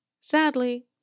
Sadly